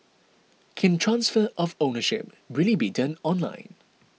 can transfer of ownership really be done online